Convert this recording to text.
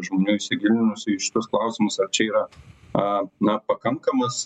žmonių įsigilinusių į šitus klausimus ar čia yra a na pakankamas